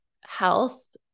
health